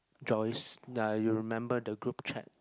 Joyce ya you remember the group chat